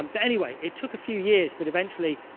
um but anyway it took a few years, but eventually,